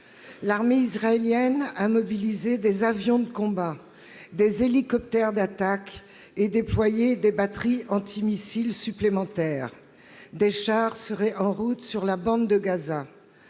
L'armée israélienne a mobilisé des avions de combat, des hélicoptères d'attaque, et déployé des batteries antimissiles supplémentaires. Des chars seraient en route pour la bande de Gaza.